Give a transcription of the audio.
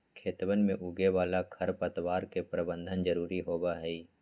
खेतवन में उगे वाला खरपतवार के प्रबंधन जरूरी होबा हई